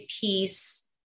piece